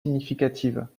significative